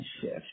shift